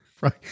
Right